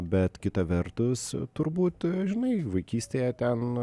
bet kita vertus turbūt žinai vaikystėje ten